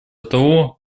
того